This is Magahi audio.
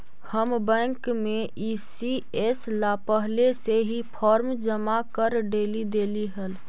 हम बैंक में ई.सी.एस ला पहले से ही फॉर्म जमा कर डेली देली हल